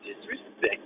Disrespect